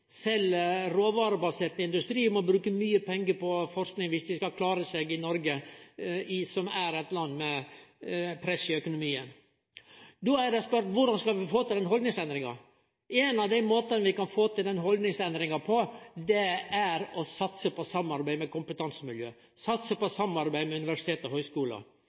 industri må bruke mykje pengar på forsking viss dei skal klare seg i Noreg, som er eit land med press i økonomien. Då er spørsmålet: Korleis skal vi få til den haldningsendringa? Ein av dei måtane vi kan få til den haldningsendringa på, er å satse på samarbeid med kompetansemiljø,